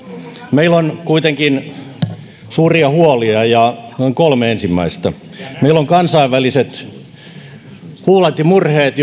meillä on kuitenkin suuria huolia kolme ensimmäistä meillä on kansainväliset huolet ja murheet